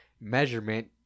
measurement